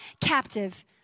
captive